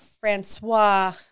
Francois